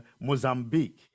Mozambique